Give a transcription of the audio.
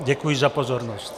Děkuji za pozornost.